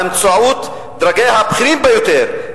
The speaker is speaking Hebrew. באמצעות דרגיה הבכירים ביותר,